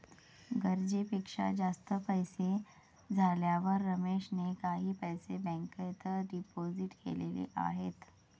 गरजेपेक्षा जास्त पैसे झाल्यावर रमेशने काही पैसे बँकेत डिपोजित केलेले आहेत